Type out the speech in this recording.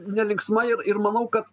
nelinksma ir ir manau kad